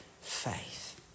faith